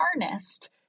harnessed